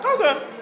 Okay